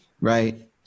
right